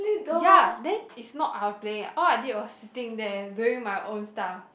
ya then it's not I playing all I did was sitting there doing my own stuff